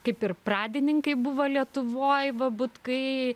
kaip ir pradininkai buvo lietuvoj va butkai